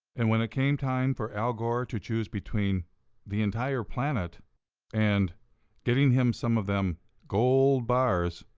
and when it came time for al gore to choose between the entire planet and getting him some of them gold bars,